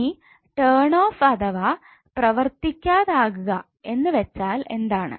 ഇനി turn off അഥവാ പ്രവർത്തിക്കാതാക്കുക എന്ന് വെച്ചാൽ എന്താണ്